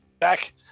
Back